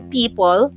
people